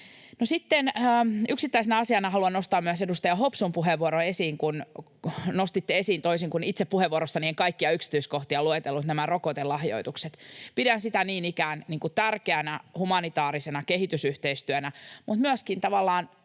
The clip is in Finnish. yksittäisenä asiana haluan nostaa esiin myös edustaja Hopsun puheenvuoron, kun nostitte esiin — kun en itse puheenvuorossani kaikkia yksityiskohtia luetellut — nämä rokotelahjoitukset. Pidän sitä niin ikään tärkeänä humanitaarisena kehitysyhteistyönä mutta myöskin